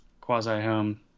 quasi-home